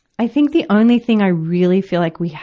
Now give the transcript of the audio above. i think the only thing i really feel like we